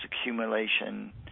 accumulation